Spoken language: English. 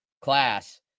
class